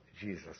Jesus